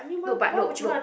no but no no